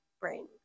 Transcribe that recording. brain